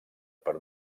per